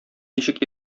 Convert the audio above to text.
ничек